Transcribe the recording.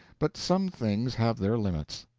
but some things have their limits.